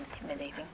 intimidating